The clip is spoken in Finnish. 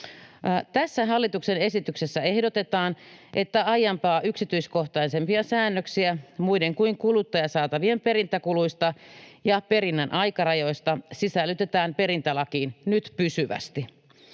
Tässä hallituksen esityksessä ehdotetaan, että aiempaa yksityiskohtaisempia säännöksiä muiden kuin kuluttajasaatavien perintäkuluista ja perinnän aikarajoista sisällytetään perintälakiin nyt pysyvästi.